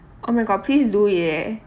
oh my god please do it eh